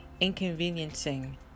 inconveniencing